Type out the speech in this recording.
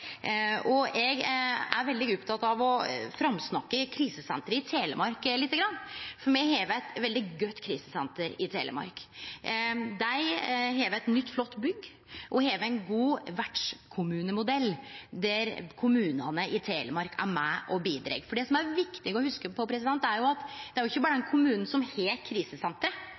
viktig. Eg er veldig oppteken av å framsnakke krisesenteret i Telemark litt. Me har eit veldig godt krisesenter i Telemark. Dei har eit nytt, flott bygg og har ein god vertskommunemodell, der kommunane i Telemark er med og bidreg. For det som er viktig å hugse på, er at det er ikkje berre den kommunen som har